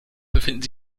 befinden